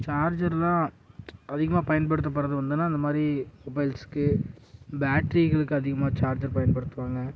சார்ஜர்லாம் அதிகமா பயன்படுத்தப்படுறது வந்தனா இந்தமாதிரி மொபைல்ஸ்க்கு பேட்ரிகளுக்கு அதிகமாக சார்ஜர் பயன்படுத்துவாங்க